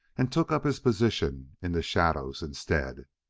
and took up his position in the shadows instead.